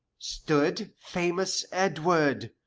stood famous edward,